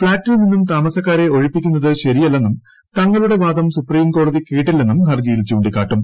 ഫ്ളാറ്റിൽ നിന്ന് താമസക്കാരെ ഒഴിപ്പിക്കുന്നത് ശരിയല്ലെന്നും തങ്ങളുടെ വാദം സുപ്രീംകോടതി കേട്ടില്ലെന്നും ഹർജ്ജിയിൽ ചൂിക്കാട്ടും